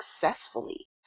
successfully